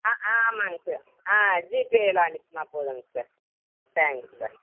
ஆ ஆமாங்க சார் ஆ ஜிபேயில் அனுப்புனால் போதுங்க சார் தேங்க்ஸ் சார்